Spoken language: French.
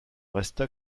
resta